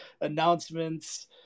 announcements